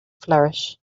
flourish